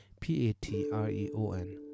P-A-T-R-E-O-N